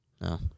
No